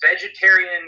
vegetarian